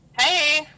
Hey